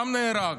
גם הוא נהרג,